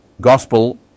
gospel